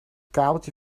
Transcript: kabeltje